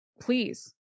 please